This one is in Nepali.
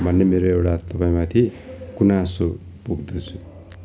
भन्ने मेरो एउटा तपाईँ माथि गुनासो पोख्दछु